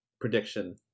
prediction